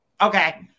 okay